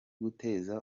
gutekereza